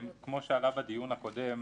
כמו שעלה בדיון הקודם